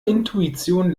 intuition